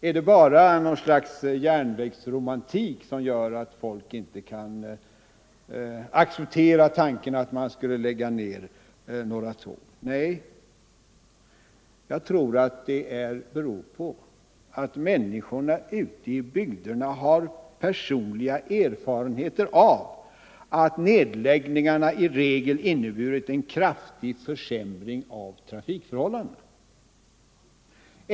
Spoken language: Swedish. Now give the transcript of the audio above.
Är det bara något slags järnvägsromantik som gör att folk inte kan acceptera tanken att lägga ned en del järnvägstrafik? Nej, jag tror att det beror på att människorna ute i bygderna har personliga erfarenheter av att nedläggningarna i regel innebär en kraftig försämring av trafikförhållandena.